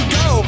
go